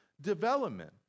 development